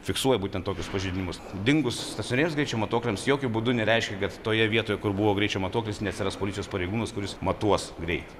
fiksuoja būtent tokius pažeidimus dingus stacionariems greičio matuokliams jokiu būdu nereiškia kad toje vietoje kur buvo greičio matuoklis neatsiras policijos pareigūnas kuris matuos greitį